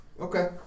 Okay